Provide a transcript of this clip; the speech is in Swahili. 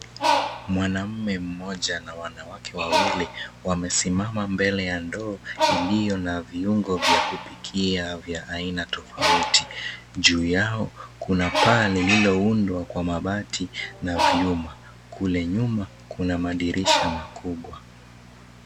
Mwanamume mmoja na wanawake wawili wamesimama mbele ya ndoo iliyo na viungo vya kupikia vya aina tofauti. Juu yao kuna pan iliyo iliyoundwa kwa mabati na viuma. Kule nyuma kuna madirisha makubwa.